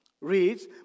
reads